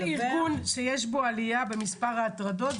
כל ארגון שיש בו עלייה במספר הדיווחים על הטרדות,